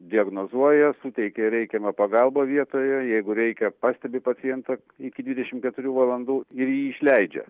diagnozuoja suteikia reikiamą pagalbą vietoje jeigu reikia pastebi pacientą iki dvidešim keturių valandų ir jį išleidžia